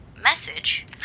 message